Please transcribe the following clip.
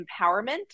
empowerment